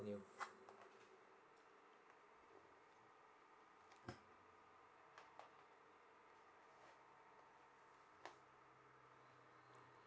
new